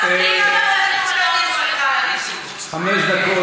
אדוני, חמש דקות.